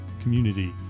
community